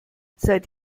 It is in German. seit